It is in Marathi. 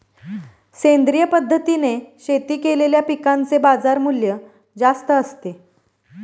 सेंद्रिय पद्धतीने शेती केलेल्या पिकांचे बाजारमूल्य जास्त असते